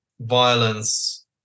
violence